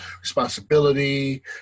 responsibility